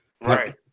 Right